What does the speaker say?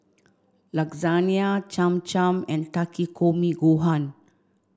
Lasagna Cham Cham and Takikomi gohan